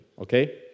okay